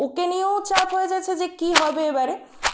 ওকে নিয়েও চাপ হয়ে যাচ্ছে যে কী হবে এবারে